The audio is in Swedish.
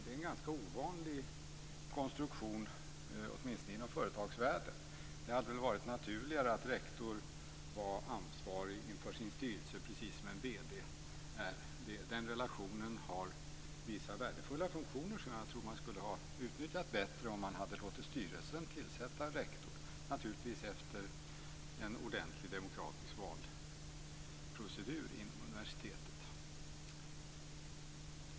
Det är en ganska ovanlig konstruktion, åtminstone inom företagsvärlden. Det hade väl varit naturligare att rektor var ansvarig inför sin styrelse, precis som en vd är det. Den relationen har vissa värdefulla funktioner som jag tror att man skulle ha utnyttjat bättre om man hade låtit styrelsen tillsätta rektor, naturligtvis efter en ordentlig demokratisk valprocedur inom universitetet.